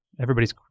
everybody's